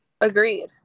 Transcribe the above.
Agreed